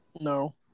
No